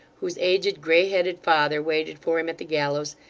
whose aged grey-headed father waited for him at the gallows,